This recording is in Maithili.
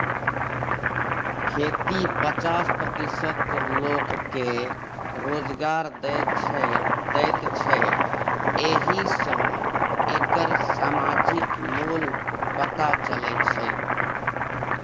खेती पचास प्रतिशत लोककेँ रोजगार दैत छै एहि सँ एकर समाजिक मोल पता चलै छै